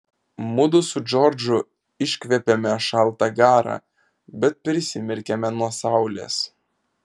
mudu su džordžu iškvepiame šaltą garą bet prisimerkiame nuo saulės